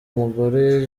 mugore